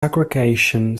aggregation